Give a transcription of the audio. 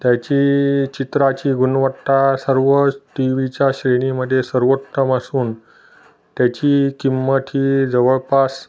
त्याची चित्राची गुणवत्ता सर्व टी व्हीच्या श्रेणीमध्ये सर्वोत्तम असून त्याची किंमत ही जवळपास